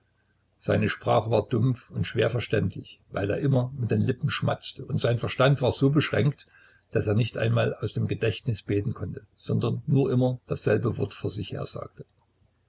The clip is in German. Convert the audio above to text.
seine sprache war dumpf und schwerverständlich da er immer mit den lippen schmatzte und sein verstand war so beschränkt daß er nicht einmal aus dem gedächtnis beten konnte sondern nur immer dasselbe wort vor sich hersagte